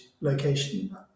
location